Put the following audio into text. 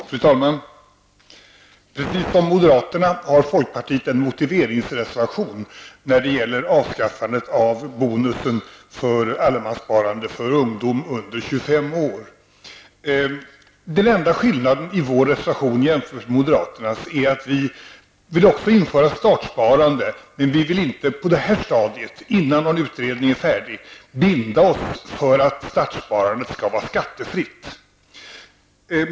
Fru talman! Precis som moderaterna har folkpartiet en motiveringsreservation när det gäller avskaffandet av bonusen för allemanssparande för ungdomar under 25 år. Den enda skillnaden i vår reservation jämfört med moderaternas är att vi också vill införa startsparande, men att vi på det här stadiet, innan en utredning är färdig, inte vill binda oss för att startsparandet skall vara skattefritt. Fru talman!